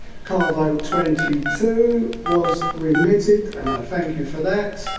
card vote twenty two was remitted and i thank you for that.